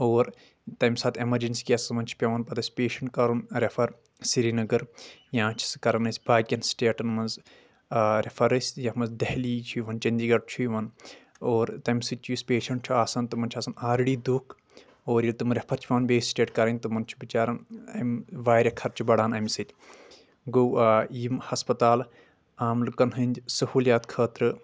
اور تمہِ ساتہٕ اٮ۪مرجنسی کیسس منٛز چھ پٮ۪وان پتہٕ اَسہِ پیشنٹ کرُن رٮ۪فر سری نگر یا چھ سٔہ کران أسۍ باقین سِٹیٹن منٛز رٮ۪فر أسۍ یتھ منٛز دہلی چھ یِوان چندی گڑ چھُ یِوان اور تٔمہِ سۭتۍ چھُ یُس پیشنٹ چھُ آسان تِمن چھُ آسان آلریڈی دُکھ اور ییٚلہِ تِم رٮ۪فر چھ پٮ۪وان بیٚیِس سِٹیٹن کرٕنۍ تِمن چھُ بِچارن واریاہ خرچہٕ بڈان امہِ سۭتۍ گو یِم ہسپتالہٕ عام لُکن ۂنٛدۍ سہولیات خأطرٕ